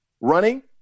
running